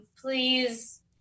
Please